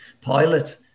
pilot